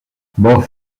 both